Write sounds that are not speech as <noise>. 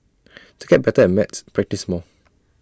<noise> to get better at maths practise more